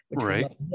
Right